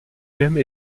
même